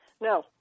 No